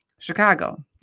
Chicago